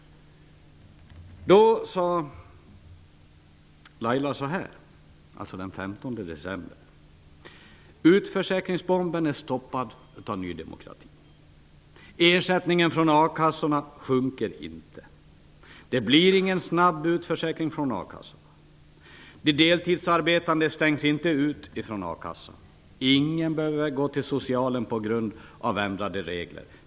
Då sade Laila Strid-Jansson så här: Utförsäkringsbomben är stoppad av Ny demokrati. Ersättningen från a-kassorna sjunker inte. Det blir ingen snabb utförsäkring från a-kassorna. De deltidsarbetande stängs inte ute ifrån a-kassan. Ingen behöver gå till socialen på grund av ändrade regler.